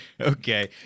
Okay